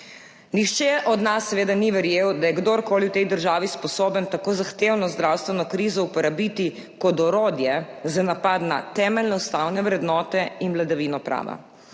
Nihče od nas seveda ni verjel, da je kdorkoli v tej državi sposoben tako zahtevno zdravstveno krizo uporabiti kot orodje za napad na temeljne ustavne vrednote in vladavino prava.